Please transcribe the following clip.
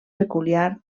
peculiar